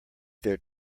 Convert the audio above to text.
their